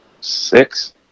Six